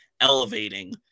elevating